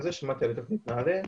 בזמן הזה שמעתי על תוכנית נעל"ה,